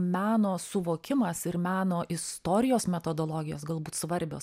meno suvokimas ir meno istorijos metodologijos galbūt svarbios